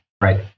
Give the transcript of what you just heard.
right